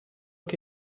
che